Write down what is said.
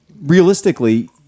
realistically